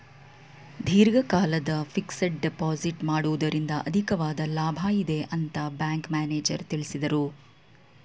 ದೀರ್ಘಕಾಲದ fixed deposit ಮಾಡುವುದರಿಂದ ಅಧಿಕವಾದ ಲಾಭ ಇದೆ ಅಂತ ಬ್ಯಾಂಕ್ ಮ್ಯಾನೇಜರ್ ತಿಳಿಸಿದರು